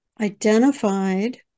identified